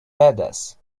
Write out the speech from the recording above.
badass